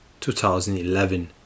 2011